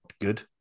good